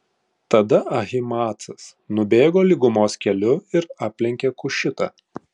tada ahimaacas nubėgo lygumos keliu ir aplenkė kušitą